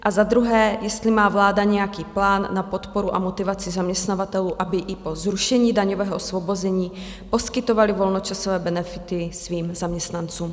A za druhé, jestli má vláda nějaký plán na podporu a motivaci zaměstnavatelů, aby i po zrušení daňového osvobození poskytovali volnočasové benefity svým zaměstnancům.